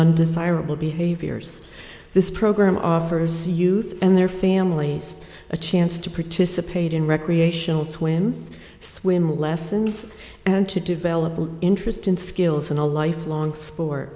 undesirable behaviors this program offers youth and their families a chance to participate in recreational swims swim lessons and to develop an interest in skills and a lifelong sport